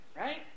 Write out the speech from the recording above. right